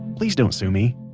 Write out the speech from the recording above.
please don't sue me